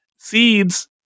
Seeds